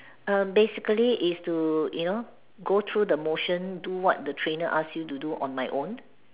err basically is to you know go through the motion do what the trainer ask you to do on my own